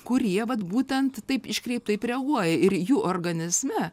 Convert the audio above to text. kurie vat būtent taip iškreiptai reaguoja ir jų organizme